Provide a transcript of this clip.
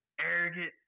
arrogant